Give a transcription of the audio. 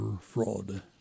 fraud